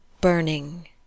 Burning